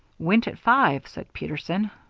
went at five, said peterson.